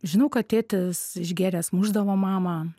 žinau kad tėtis išgėręs mušdavo mamą